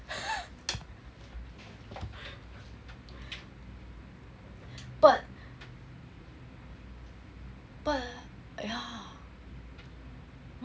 but !aiya!